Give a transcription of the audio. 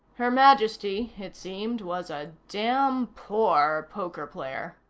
her majesty, it seemed, was a damn poor poker player.